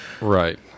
Right